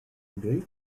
agree